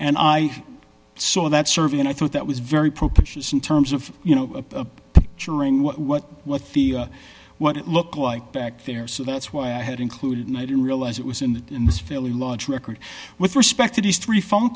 and i saw that survey and i thought that was very propitious in terms of you know during what feel what it look like back there so that's why i had included and i didn't realize it was in the in this fairly large record with respect to these three phone